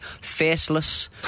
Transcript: faceless